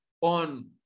on